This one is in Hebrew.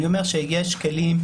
אני אומר שיש כלים,